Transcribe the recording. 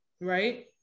right